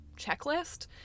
checklist